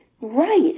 right